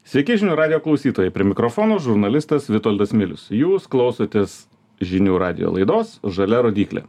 sveiki žinių radijo klausytojai prie mikrofono žurnalistas vitoldas milius jūs klausotės žinių radijo laidos žalia rodyklė